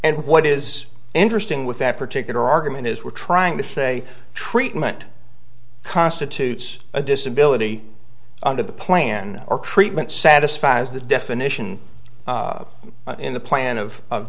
and what is interesting with that particular argument is we're trying to say treatment constitutes a disability under the plan or treatment satisfies the definition in the plan of of